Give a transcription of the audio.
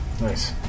nice